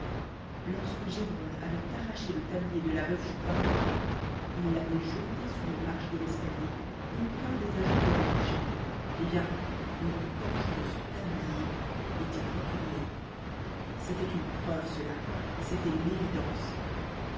lorsque gévrol avait arraché le tablier de la veuve chupin il l'avait jeté sur les marches de l'escalier aucun des agents n'y avait touché eh bien les poches de ce tablier étaient retournées c'était une preuve cela c'était l'évidence